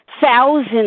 thousands